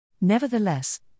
Nevertheless